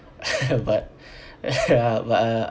but ya but uh